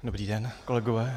Dobrý den, kolegové.